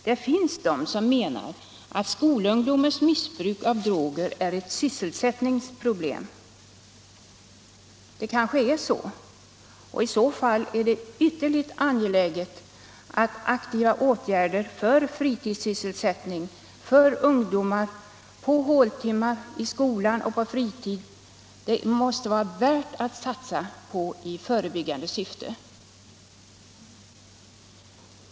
Det finns de som menar att skolungdomens missbruk av droger är ett sysselsättningsproblem. Det kanske är så. I så fall är det ytterligt angeläget att i förebyggande syfte satsa på aktiva åtgärder för fritidssysselsättning för ungdomar under håltimmar i skolan och på fritid.